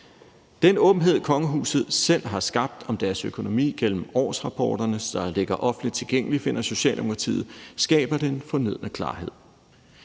Den åbenhed, kongehuset selv har skabt om deres økonomi gennem årsrapporterne, der ligger offentligt tilgængelig, finder Socialdemokratiet skaber den fornødne klarhed.